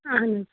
اَہَن حظ